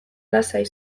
lasai